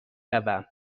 روم